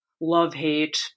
love-hate